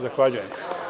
Zahvaljujem.